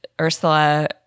Ursula